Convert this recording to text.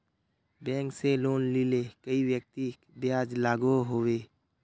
Bank से loan लिले कई व्यक्ति ब्याज लागोहो होबे?